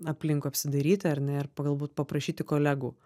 aplinkui apsidairyti ar ne ir pa galbūt paprašyti kolegų